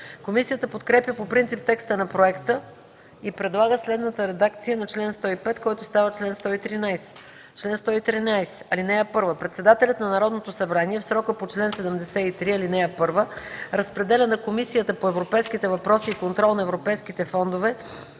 Комисията подкрепя по принцип текста на проекта и предлага следната редакция на чл. 105, който става чл. 113: „Чл. 113. (1) Председателят на Народното събрание в срока по чл. 73, ал. 1 разпределя на Комисията по европейските въпроси и контрол на европейските фондове